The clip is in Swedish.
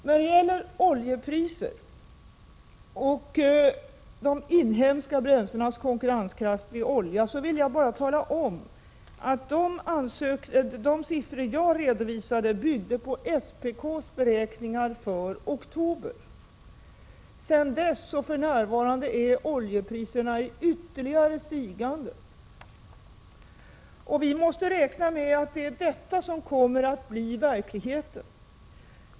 När det gäller oljepriser och de inhemska bränslenas konkurrenskraft i förhållande till olja, vill jag bara tala om att de siffror jag redovisade byggde på SPK:s beräkningar för oktober. Sedan dess — och för närvarande — stiger oljepriserna ytterligare. Vi måste räkna med att det är detta som kommer att vara verkligheten.